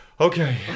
Okay